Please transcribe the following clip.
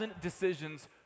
decisions